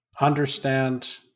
understand